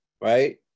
right